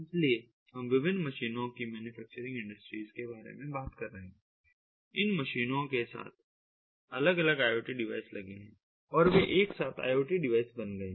इसलिए हम विभिन्न मशीनों की मैन्युफैक्चरिंग इंडस्ट्रीज के बारे में बात कर रहे हैं इन मशीनों के साथ अलग अलग IoT डिवाइस लगे हैं और वे एक साथ IoT डिवाइस बन गए हैं